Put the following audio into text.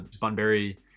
Bunbury